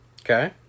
Okay